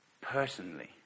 personally